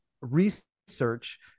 research